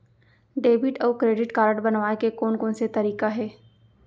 Debit अऊ credit card बनवाए के कोन कोन से तरीका हे?